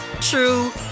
true